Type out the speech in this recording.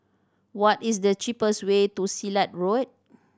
what is the cheapest way to Silat Road